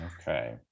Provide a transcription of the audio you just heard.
okay